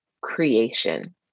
creation